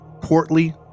portly